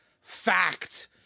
fact